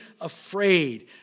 afraid